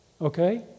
Okay